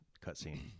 cutscene